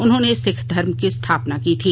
उन्होंने सिख धर्म की स्थापना की थी